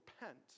repent